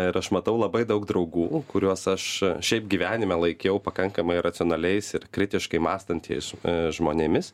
ir aš matau labai daug draugų kuriuos aš šiaip gyvenime laikiau pakankamai racionaliais ir kritiškai mąstančiais žmonėmis